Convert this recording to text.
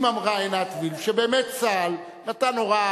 אם אמרה עינת וילף שבאמת צה"ל נתן הוראה